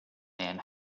man